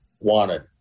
wanted